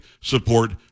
support